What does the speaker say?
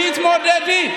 תתמודדי.